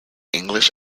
english